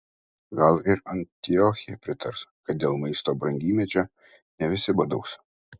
gal ir antiochija pritars kad dėl maisto brangymečio ne visi badaus